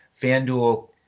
FanDuel